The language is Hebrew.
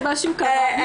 אז משהו קרה.